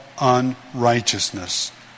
unrighteousness